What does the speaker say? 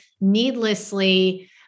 needlessly